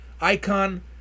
icon